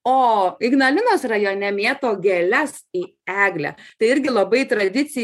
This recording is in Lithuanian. o ignalinos rajone mėto gėles į eglę tai irgi labai tradici